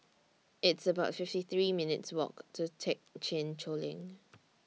It's about fifty three minutes' Walk to Thekchen Choling